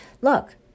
look